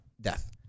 death